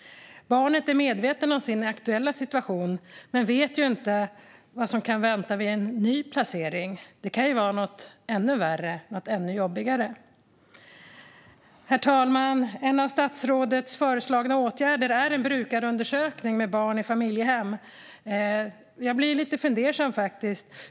Barnet är medvetet om sin aktuella situation men vet inte vad som kan vänta vid en ny placering; det kan ju vara något ännu värre och ännu jobbigare. Herr talman! En av statsrådets föreslagna åtgärder är en brukarundersökning med barn i familjehem. Jag blir lite fundersam.